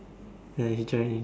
ya you join in